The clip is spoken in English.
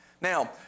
Now